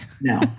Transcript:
No